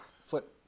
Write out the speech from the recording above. foot